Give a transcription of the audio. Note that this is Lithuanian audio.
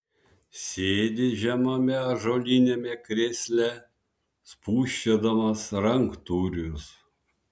sėdi žemame ąžuoliniame krėsle spūsčiodamas ranktūrius